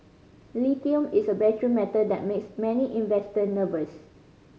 Lithium is a battery metal that makes many investor nervous